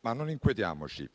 ma non inquietiamoci.